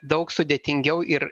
daug sudėtingiau ir